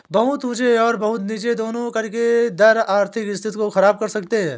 बहुत ऊँचे और बहुत नीचे दोनों कर के दर आर्थिक स्थिति को ख़राब कर सकते हैं